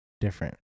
Different